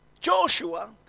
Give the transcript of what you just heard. Joshua